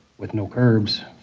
with no curbs.